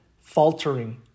faltering